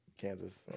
Kansas